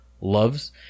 loves